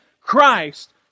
Christ